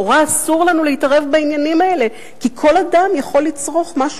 יש איזה כשל מוסרי במחשבה שאסור לנו להתערב בעניינים האלה,